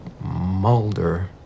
Mulder